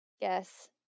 Yes